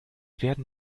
werden